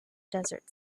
desert